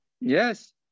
Yes